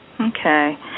Okay